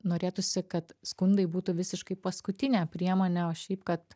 norėtųsi kad skundai būtų visiškai paskutinė priemonė o šiaip kad